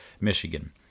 Michigan